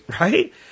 Right